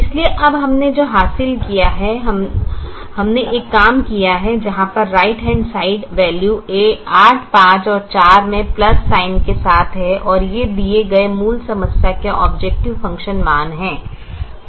इसलिए अब हमने जो हासिल किया है हमने एक काम किया है जहाँ पर राइट हैंड साइड वैल्यू 8 5 और 4 में प्लस साइन के साथ हैं और ये दिए गए मूल समस्या के ऑबजेकटिव फ़ंक्शन मान हैं